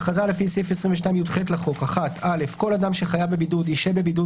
1."הכרזה לפי סעיף 22יח לחוק (א) כל אדם שחייב בבידוד ישהה בבידוד